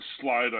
slide